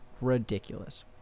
Ridiculous